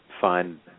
find